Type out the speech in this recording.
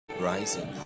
rising